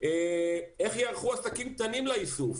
איך ייערכו עסקים קטנים לאיסוף?